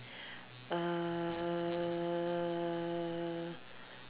err